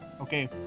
okay